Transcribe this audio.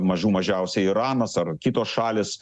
mažų mažiausiai iranas ar kitos šalys